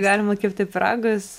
galima kepti pyragus